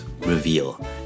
reveal